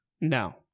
No